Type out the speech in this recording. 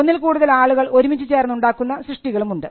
ഒന്നിൽ കൂടുതൽ ആളുകൾ ഒരുമിച്ചു ചേർന്ന് ഉണ്ടാക്കുന്ന സൃഷ്ടികളും ഉണ്ട്